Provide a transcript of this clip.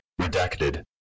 Redacted